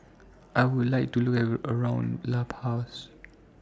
I Would like to Have A Look around La Paz